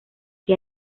que